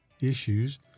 issues